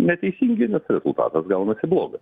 neteisingi nes rezultatas gaunasi blogas